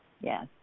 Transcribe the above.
Yes